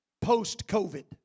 post-COVID